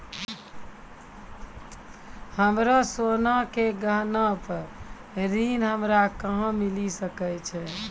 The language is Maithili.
हमरो सोना के गहना पे ऋण हमरा कहां मिली सकै छै?